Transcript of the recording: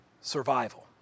survival